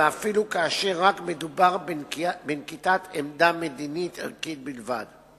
ואפילו כאשר רק מדובר בנקיטת עמדה מדינית-ערכית בלבד.